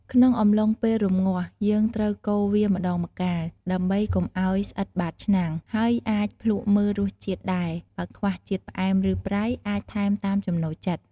ក្នុងអំឡុងពេលរម្ងាស់ យើងត្រូវកូរវាម្ដងម្កាល ដើម្បីកុំឱ្យស្អិតបាតឆ្នាំង ហើយអាចភ្លក្សមើលរសជាតិដែរ បើខ្វះជាតិផ្អែម ឬប្រៃ អាចថែមតាមចំណូលចិត្ត។